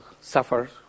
suffer